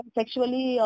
sexually